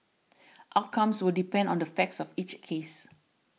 outcomes will depend on the facts of each case